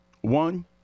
One